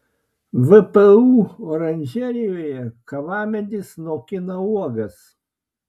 vpu oranžerijoje kavamedis nokina uogas